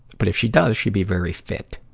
but if she does, she'd be very fit.